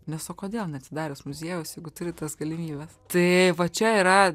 nes o kodėl neatidarius muziejaus jeigu turi tas galimybes tai va čia yra